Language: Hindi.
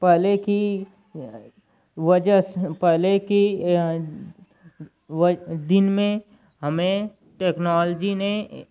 पहले की वजह से अ पहले की व दिन में हमें टेक्नॉलजी ने